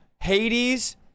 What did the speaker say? hades